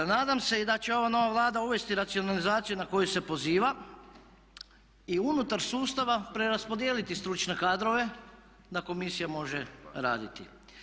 Nadam se i da će ova nova Vlada uvesti racionalizaciju na koju se poziva i unutar sustava preraspodijeliti stručne kadrove da komisija može raditi.